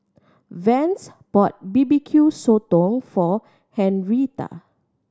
Vance bought B B Q Sotong for Henrietta